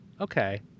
okay